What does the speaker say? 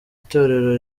itorero